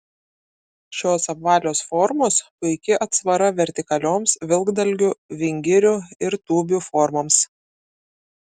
šios apvalios formos puiki atsvara vertikalioms vilkdalgių vingirių ir tūbių formoms